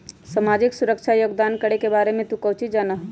सामाजिक सुरक्षा योगदान करे के बारे में तू काउची जाना हुँ?